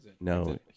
No